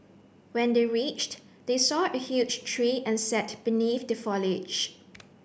when they reached they saw a huge tree and sat beneath the foliage